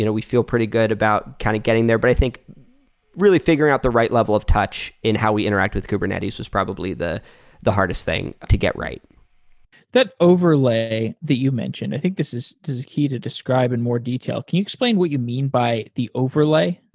you know we feel pretty good about kind of getting there. but i think really figure out the right level of touch in how we interact with kubernetes was probably the the hardest thing to get right that overlay the you've mentioned, i think this is a key to describe in more detail. can you explain what you mean by the overlay?